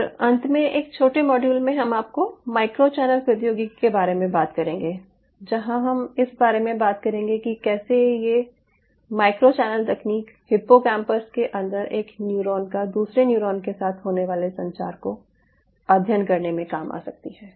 और अंत में एक छोटे मॉड्यूल में हम माइक्रो चैनल प्रौद्योगिकी के बारे में बात करेंगे जहां हम इस बारे में बात करेंगे कि कैसे ये माइक्रो चैनल तकनीक हिप्पोकैम्पस के अंदर एक न्यूरॉन का दूसरे न्यूरॉन के साथ होने वाले संचार को अध्ययन करने में काम आ सकती है